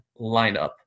lineup